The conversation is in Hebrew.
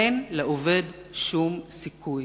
אין לעובד שום סיכוי.